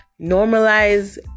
Normalize